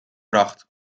bracht